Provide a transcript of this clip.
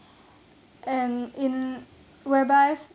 and in whereby